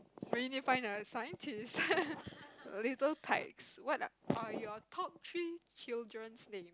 we need to find a scientist a little tykes what are your top three children's name